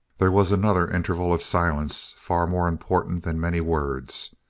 there was another interval of silence, far more important than many words.